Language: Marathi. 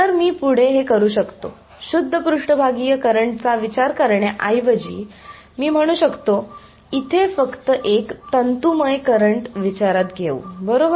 तर मी पुढे हे करू शकतो शुद्ध पृष्ठभागीय करंट चा विचार करण्याऐवजी मी म्हणू शकतो इथे फक्त एक तंतुमय करंट विचारात घेऊ बरोबर